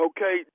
Okay